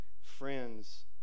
friends